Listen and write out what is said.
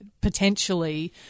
potentially